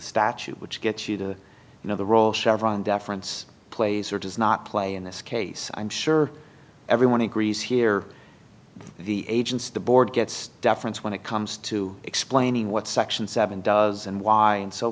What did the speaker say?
statute which gets you to you know the role chevron deference plays or does not play in this case i'm sure everyone agrees here the agents the board gets deference when it comes to explaining what section seven does and why